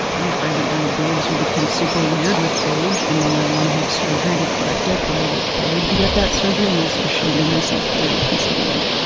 i'm afraid that my boobs will become super weird with age and i will want to have surgery to correct it but i will be afraid to get that surgery and also ashamed of myself for even considering it.